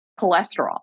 cholesterol